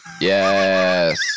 yes